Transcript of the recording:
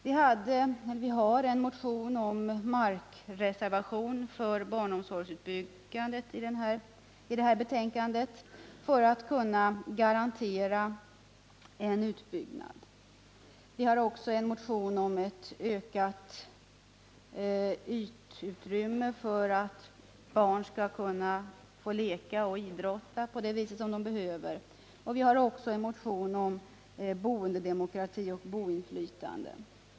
Vi har en motion om markreservation för utbyggnaden av barnomsorgen. Syftet är alltså att man skall kunna garantera en utbyggnad. Vidare har vi en motion om en ökning av utrymmet, så att barnen skall kunna få leka och idrotta på det sätt som är nödvändigt, och vi har också en motion om boendedemokrati och boinflytande.